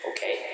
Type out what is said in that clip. Okay